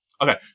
Okay